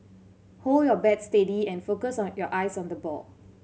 hold your bat steady and focus on your eyes on the ball